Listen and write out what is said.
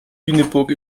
lüneburg